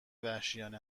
وحشیانه